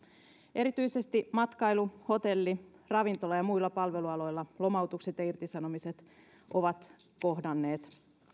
erityisesti matkailu hotelli ravintola ja muilla palvelualoilla lomautukset ja irtisanomiset ovat kohdanneet